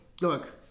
look